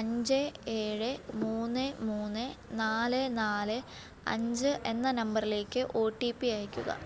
അഞ്ച് ഏഴ് മൂന്ന് മൂന്ന് നാല് നാല് അഞ്ച് എന്ന നമ്പറിലേക്ക് ഒ ടി പി അയയ്ക്കുക